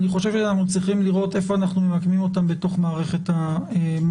ואנחנו צריכים לראות איפה אנחנו ממקמים אותם בתוך מערכת המטרות.